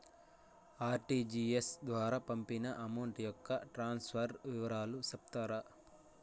RTGS ద్వారా పంపిన amount యొక్క ట్రాన్స్ఫర్ వివరాలు సెప్తారా